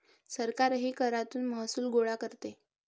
सरकारही करातून महसूल गोळा करते